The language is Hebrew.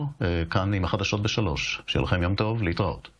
19 בפברואר 2024. הודעה למזכיר הכנסת,